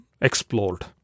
explored